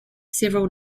several